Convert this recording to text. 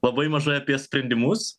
labai mažai apie sprendimus